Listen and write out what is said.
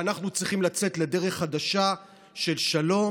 ואנחנו צריכים לצאת לדרך חדשה של שלום